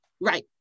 Right